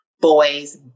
boys